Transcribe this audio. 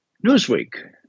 Newsweek